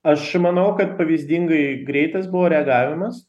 aš manau kad pavyzdingai greitas buvo reagavimas